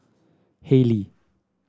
Haylee